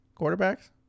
quarterbacks